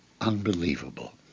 unbelievable